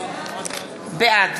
בעד